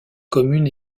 commune